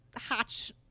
hatch